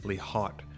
hot